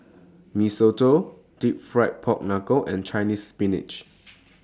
Mee Soto Deep Fried Pork Knuckle and Chinese Spinach